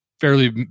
fairly